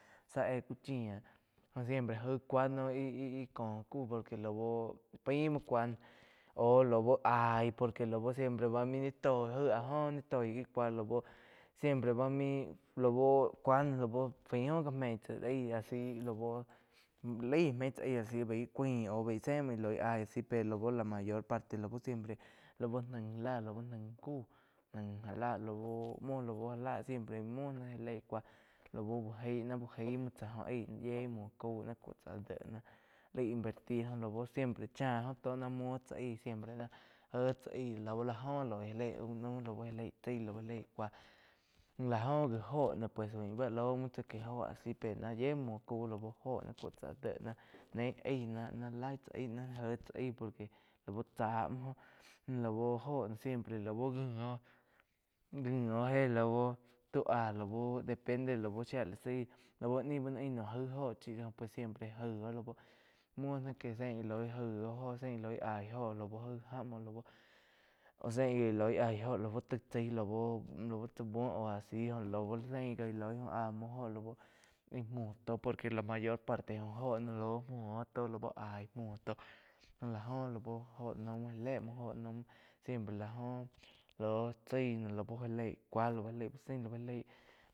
Zá éh gá chia jo siempre jaíg cúa no íh-íh có ku por que lau áin muo cúa noh aú lá bu aíg por que lau siempre muo ni ti aig áh óh ni tói íh cúa la bu siempre bá main lá bu cúa no fai óh gá méi tsá aí a si lau lai mei tspa aí asi au bein zé muo íh loi aí pero la mayor parte lau siempre lau naig lá naig kuh naig já lá lau muo lau já la siempre muo náh já lei cuá lau úh gaim muo tsá aíg yíe muo, muo caú náh cúo tsá áh déh laí invertir lau siempre chá ój tó ná muo tsá aíj siempre jéh tsá aíj lau la jó loi jo naum laú já léi cúa lá óh gi. Óho pues faín bá laig muo tsá qúe óho a sí pé náh yie muo, muoh caum láu óhio noh ná cúo tsá áh déh ná la néi íh ná laig tsa na jé tsá aig por que lau chá muo joh lu joh no siempre laú ngi óh, ngi óh éh lau de pende shía la zaí ku ni bá no ain nuam jáig óho chi pues siempre muo ná que sein íh lo loíg aig oh sein íh loi aig óho lau sein gi íh loigg aíh óho lau taig chai lau chá búo óh a si lau sein íh loi oh áh muo jó lau muo tó por que mayor parte óho lau múo tó lau aí muo tó lá jo lau óh naum já lé múo jóh naum siempre la oh lau chái noh lau já lei cúa já lei úh sain lau já lei.